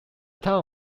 town